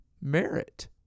merit